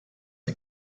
and